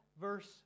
verse